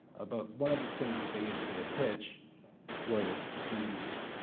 ah but one of the things that they used for their pitch was these,